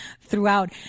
throughout